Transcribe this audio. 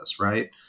right